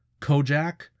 Kojak